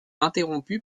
interrompu